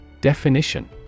Definition